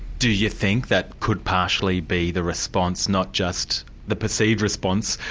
do you think that could partially be the response, not just the perceived response,